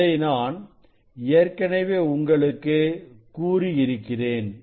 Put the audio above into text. இதை நான் ஏற்கனவே உங்களுக்கு கூறியிருக்கிறேன்